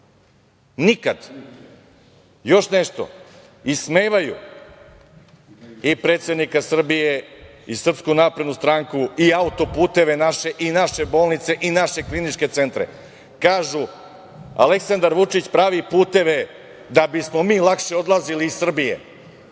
Nikad. Još nešto, ismevaju i predsednika Srbije i SNS i naše auto-puteve i naše bolnice i naše kliničke centre. Kažu - Aleksandar Vučić pravi puteve da bismo mi lakše odlazili iz Srbije.